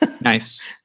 Nice